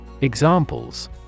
Examples